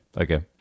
Okay